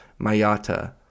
Mayata